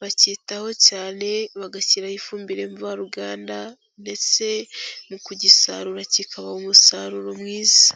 bacyitaho cyane bagashyiraho ifumbire mvaruganda, ndetse mu kugisarura kikabaha umusaruro mwiza.